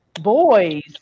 boys